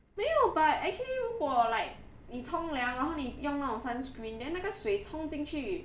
没有 but actually 如果 like 你冲凉然后你用那种 sunscreen then 那个水冲进去